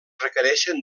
requereixen